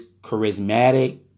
charismatic